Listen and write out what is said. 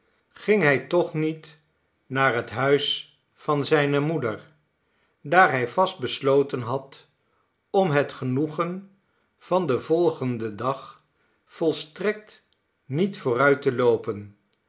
ging hij toch niet naar het huis van zijne moeder daar hij vast besloten had om het genoegen van den volgenden dag volstrekt niet vooruit te loopen